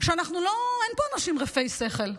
שאין פה אנשים רפי שכל.